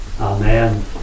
Amen